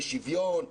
לשוויון,